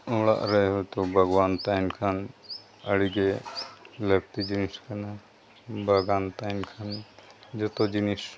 ᱚᱲᱟᱜ ᱨᱮ ᱦᱚᱭᱛᱳ ᱵᱟᱜᱽᱣᱟᱱ ᱛᱟᱦᱮᱱ ᱠᱷᱟᱱ ᱟᱹᱰᱤ ᱜᱮ ᱞᱟᱹᱠᱛᱤ ᱡᱤᱱᱤᱥ ᱠᱟᱱᱟ ᱵᱟᱜᱟᱱ ᱛᱟᱦᱮᱱ ᱠᱷᱟᱱ ᱡᱚᱛᱚ ᱡᱤᱱᱤᱥ